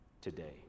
today